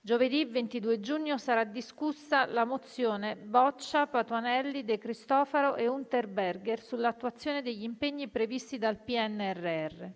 Giovedì 22 giugno sarà discussa la mozione Boccia, Patuanelli, De Cristofaro e Unterberger sull'attuazione degli impegni previsti dal PNRR.